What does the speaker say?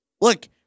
Look